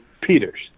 peters